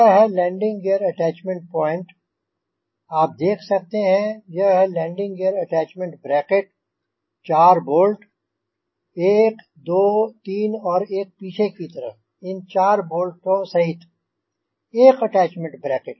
ये है landing gear attachment point आप देख सकते हैं यह है landing gear attachment bracket 4 bolt 1 2 3 और एक पीछे की तरफ़ इन 4 बोल्टों सहित 1 अटैच्मेंट ब्रैकट